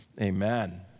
Amen